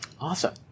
Awesome